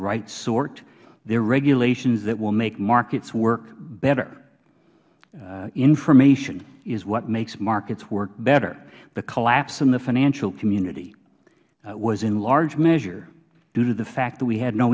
right sort they are regulations that will make markets work better information is what makes markets work better the collapse in the financial community was in large measure due to the fact that we had no